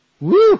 Woo